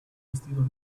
vestido